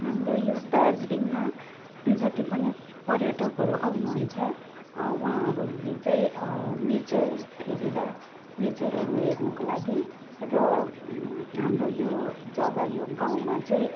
हाम्रो यो दार्जिलिङमा जति पनि पर्यटकहरू आउनुहुन्छ वहाँहरूले चाहिँ नेचर हेरेर नेचरहरू हेर्नुको लागि र हाम्रो यो जग्गा यो गाउँमा चाहिँ